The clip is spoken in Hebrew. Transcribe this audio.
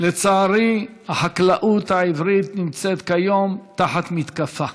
לצערי החקלאות העברית נמצאת כיום תחת מתקפה.